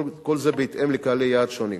כל זה בהתאם לקהלי יעד שונים.